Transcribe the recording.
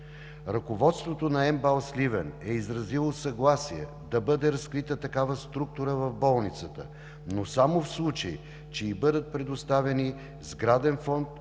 Ръководството на МБАЛ – Сливен, е изразило съгласие да бъде разкрита такава структура в болницата, но само в случай, че й бъдат предоставени сграден фонд,